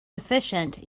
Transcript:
efficient